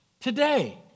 today